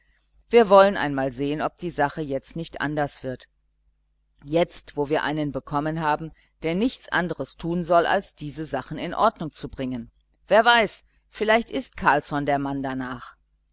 wir wollen einmal sehen ob die sache jetzt nicht anders wird jetzt wo wir einen bekommen haben der nichts anderes tun soll als diese sachen in ordnung zu bringen wer weiß vielleicht ist carlsson der mann danach